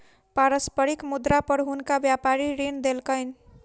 पारस्परिक मुद्रा पर हुनका व्यापारी ऋण देलकैन